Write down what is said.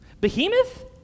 Behemoth